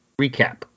Recap